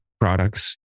products